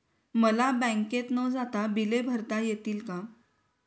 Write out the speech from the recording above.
मला बँकेत न जाता बिले भरता येतील का?